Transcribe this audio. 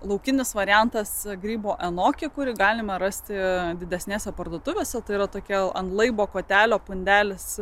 laukinis variantas grybo anoki kurį galima rasti didesnėse parduotuvėse tai yra tokia ant laibo kotelio pundelis